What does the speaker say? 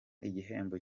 igihembo